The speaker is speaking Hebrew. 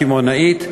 הקמעונית,